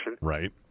right